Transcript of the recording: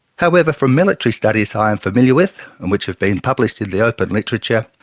however, from military studies i am familiar with and which have been published in the open literature,